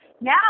now